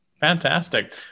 Fantastic